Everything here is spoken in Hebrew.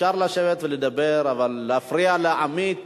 אפשר לשבת ולדבר, אבל להפריע לעמית